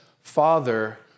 Father